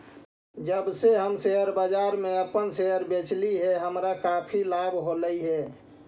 जब से हम शेयर बाजार में अपन शेयर बेचली हे हमारा काफी लाभ होलई हे